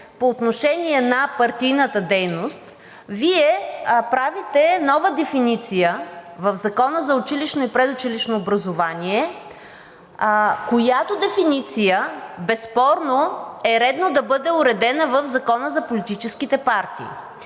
по отношение на партийната дейност, Вие правите нова дефиниция в Закона за училищното и предучилищното образование, която дефиниция безспорно е редно да бъде уредена в Закона за политическите партии.